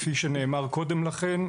כפי שנאמר קודם לכן,